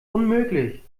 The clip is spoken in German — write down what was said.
unmöglich